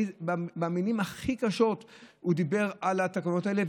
במילים הכי קשות הוא דיבר על התקנות האלה.